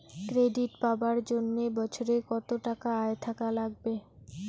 Credit পাবার জন্যে বছরে কত টাকা আয় থাকা লাগবে?